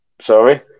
Sorry